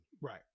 Right